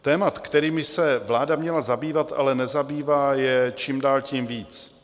Témat, kterými se vláda měla zabývat, ale nezabývá, je čím dál tím víc.